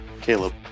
Caleb